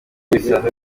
bisanzwe